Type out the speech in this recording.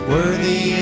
Worthy